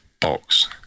box